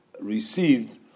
received